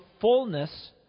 fullness